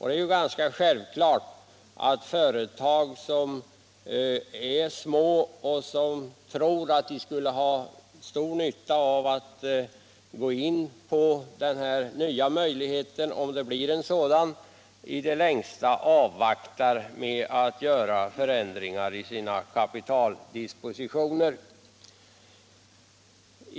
Det är ganska självklart att företag som är små och som tror att de skulle ha stor nytta av den här möjligheten - om den förverkligas — i det längsta väntar med att göra förändringar i sina kapitaldispositioner.